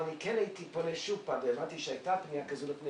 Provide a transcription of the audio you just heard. אבל כן הייתי פונה שוב והבנתי שהייתה פנייה כזו לפני